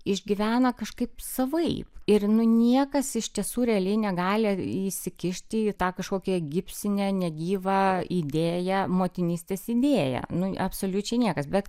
išgyvena kažkaip savaip ir nu niekas iš tiesų realiai negali įsikišti į tą kažkokią gipsinę negyvą idėją motinystės idėją nu absoliučiai niekas bet